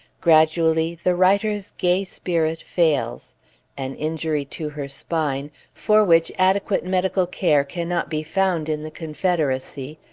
gradually, the writer's gay spirit fails an injury to her spine, for which adequate medical care cannot be found in the confederacy,